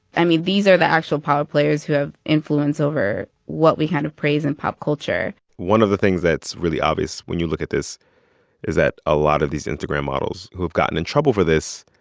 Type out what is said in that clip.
i mean, these are the actual power players who have influence over what we kind of praise in pop culture one of the things that's really obvious when you look at this is that a lot of these instagram models, who have gotten in trouble for this,